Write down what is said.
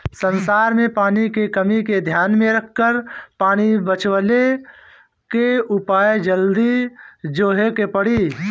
संसार में पानी के कमी के ध्यान में रखकर पानी बचवले के उपाय जल्दी जोहे के पड़ी